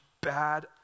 bad